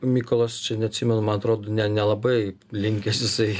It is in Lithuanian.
mykolas čia neatsimenu man atrodo nelabai linkęs jisai